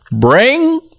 bring